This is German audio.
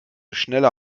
schneller